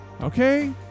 okay